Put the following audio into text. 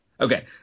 okay